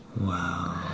Wow